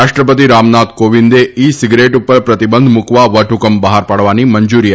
રાષ્ટ્રપતિ રામનાથ કોવિંદે e cigarette ઉપર પ્રતિબંધ મુકવા વટહકમ બહાર પા વાની મંજુરી આપી છે